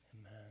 Amen